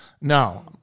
No